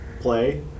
play